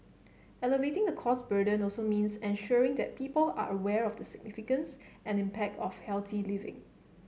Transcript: alleviating the cost burden also means ensuring that people are aware of the significance and impact of healthy living